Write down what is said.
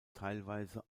teilweise